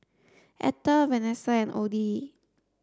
Ethel Vanessa and Odie